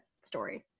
story